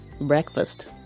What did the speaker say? breakfast